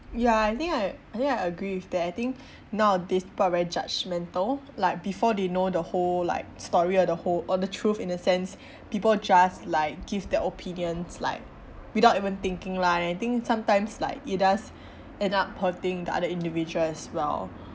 ya I think I I think I agree with that I think nowadays people are very judgmental like before they know the whole like story or the whole or the truth in the sense people just like give their opinions like without even thinking lah and I think sometimes like it does end up hurting the other individual as well